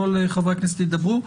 כל חברי הכנסת ידברו.